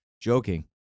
Joking